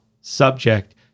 subject